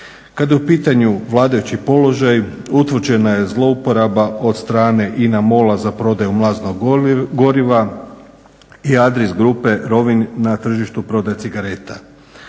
Kada je u pitanju vladajući položaj utvrđena je zlouporaba od strane INA-MOL-a za prodaju mlaznog goriva i Adris grupe Rovinj na tržištu prodaje cigareta.